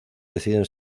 deciden